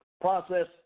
process